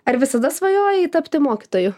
ar visada svajojai tapti mokytoju